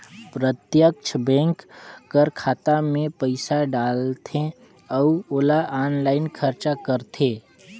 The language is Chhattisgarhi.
प्रत्यक्छ बेंक कर खाता में पइसा डालथे अउ ओला आनलाईन खरचा करथे